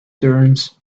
turns